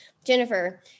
Jennifer